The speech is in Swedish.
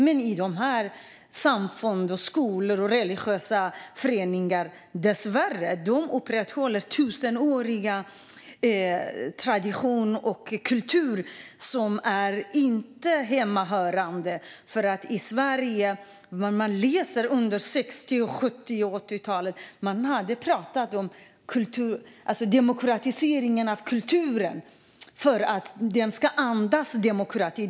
Men dessa samfund, skolor och religiösa föreningar upprätthåller dessvärre en tusenårig tradition och kultur som inte hör hemma i Sverige. I Sverige, kan man läsa, pratade man under 60, 70 och 80-talen om demokratisering av kulturen. Den ska andas demokrati.